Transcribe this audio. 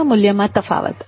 સેવા મૂલ્યમાં તફાવત